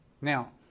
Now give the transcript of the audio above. Now